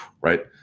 Right